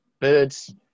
birds